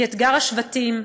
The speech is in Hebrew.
כי אתגר השבטים,